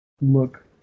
look